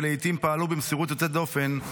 שלעיתים פעלו במסירות יוצאת דופן,